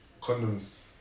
condoms